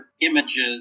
images